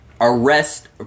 Arrest